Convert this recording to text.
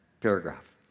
paragraph